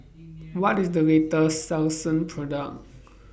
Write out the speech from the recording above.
What IS The latest Selsun Product